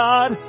God